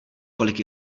kolik